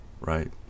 right